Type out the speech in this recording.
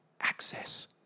access